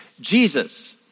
Jesus